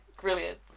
Brilliant